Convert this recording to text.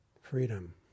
freedom